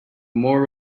more